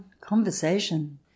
conversation